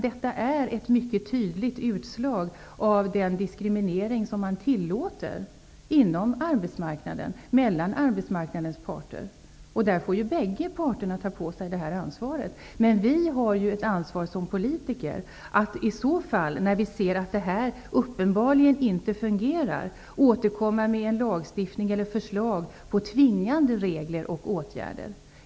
Detta är ett mycket tydligt utslag av den diskriminering som man tillåter inom arbetsmarknaden. Bägge parterna får ta på sig ansvaret, men vi som politiker har också ett ansvar, när vi ser att det uppenbarligen inte fungerar, att återkomma med en lagstiftning eller förslag om tvingande regler och åtgärder.